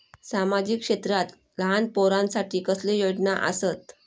सामाजिक क्षेत्रांत लहान पोरानसाठी कसले योजना आसत?